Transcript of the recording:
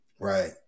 Right